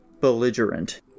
belligerent